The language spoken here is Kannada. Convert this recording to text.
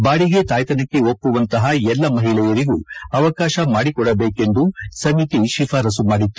ಬಾಡಿಗೆ ತಾಯ್ತನಕ್ಕೆ ಒಪ್ಪುವಂತಹ ಎಲ್ಲ ಮಹಿಳೆಯರಿಗೂ ಅವಕಾಶ ಮಾಡಿಕೊಡಬೇಕೆಂದು ಸಮಿತಿ ಶಿಫಾರಸ್ತು ಮಾಡಿತ್ತು